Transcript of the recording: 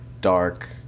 dark